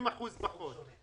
20% פחות.